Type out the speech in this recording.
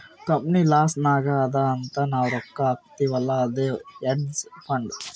company loss ನಾಗ್ ಅದಾ ಅಂತ್ ನಾವ್ ರೊಕ್ಕಾ ಹಾಕ್ತಿವ್ ಅಲ್ಲಾ ಅದೇ ಹೇಡ್ಜ್ ಫಂಡ್